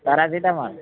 paracetamol